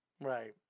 right